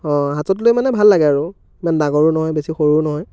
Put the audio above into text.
অ' হাতত লৈ মানে ভাল লাগে আৰু ইমান ডাঙৰো নহয় বেছি সৰুও নহয়